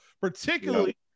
Particularly